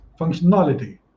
functionality